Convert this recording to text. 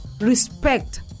Respect